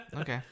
Okay